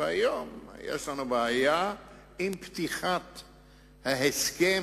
והיום יש לנו בעיה עם פתיחת ההסכם,